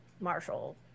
Marshall